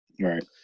right